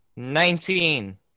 Nineteen